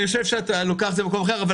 אני חושב שאת לוקחת את זה למקום אחר,